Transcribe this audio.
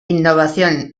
innovación